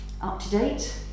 up-to-date